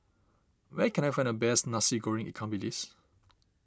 where can I find the best Nasi Goreng Ikan Bilis